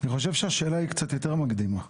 אני חושב שהשאלה היא קצת יותר מקדימה,